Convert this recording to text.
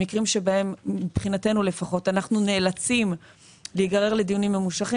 המקרים שבהם מבחינתנו לפחות אנחנו נאלצים להיגרר לדיונים ממושכים